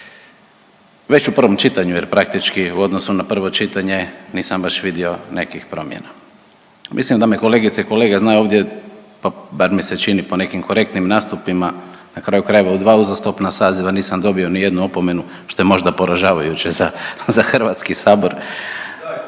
Već u prvom čitanju jer praktički u odnosu na prvo čitanje nisam baš vidio nekih promjena. Mislim da me kolegice i kolege znaju ovdje pa bar mi se čini po nekim korektnim nastupima, na kraju krajeva u dva uzastopna saziva nisam dobio ni jednu opomenu što je možda poražavajuće za HS, ali ovoga